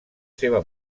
seva